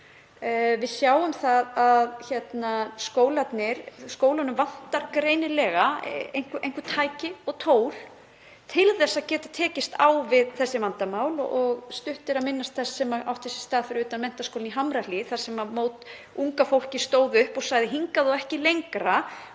Við sjáum að skólana vantar greinilega einhver tæki og tól til þess að geta tekist á við þessi vandamál og stutt er að minnast þess sem átti sér stað fyrir utan Menntaskólann við Hamrahlíð þar sem unga fólkið stóð upp og sagði: Hingað og ekki lengra.